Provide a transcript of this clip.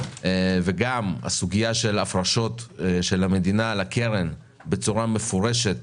גם את הסוגיה של הפרשות המדינה לקרן בצורה מפורשת